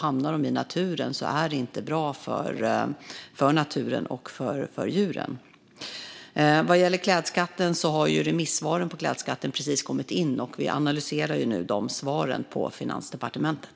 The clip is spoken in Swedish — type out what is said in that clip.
Hamnar de i naturen är det inte bra för naturen och för djuren. Vad gäller klädskatten har remissvaren precis kommit in. Vi analyserar nu de svaren på Finansdepartementet.